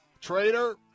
traitor